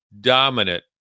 dominant